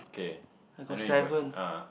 K I know you got uh